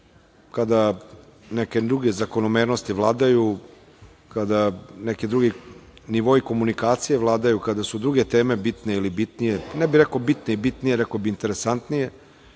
kada neke druge zakonomernosti vladaju, kada neki drugi nivoi komunikacije vladaju kada su druge teme bitne ili bitnije. Ne bih rekao bitne i bitnije, rekao bih interesantnije,